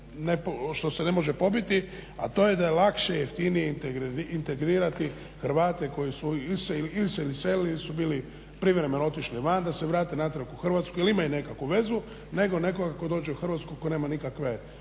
što se ne može pobiti a to je da je lakše, jeftinije integrirati Hrvate koji su se iselili ili su bili privremeno otišli van, da se vrate natrag u Hrvatsku, jer imaju nekakvu vezu, nego nekoga tko dođe u Hrvatsku ko nema nikakve